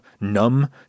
numb